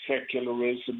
secularism